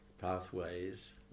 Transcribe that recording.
pathways